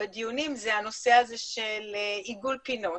בדיונים היא הנושא של עיגול פינות.